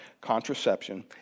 contraception